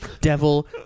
devil